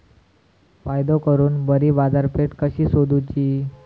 फायदो करून बरी बाजारपेठ कशी सोदुची?